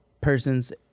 persons